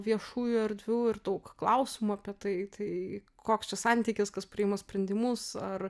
viešųjų erdvių ir daug klausimų apie tai tai koks čia santykis kas priima sprendimus ar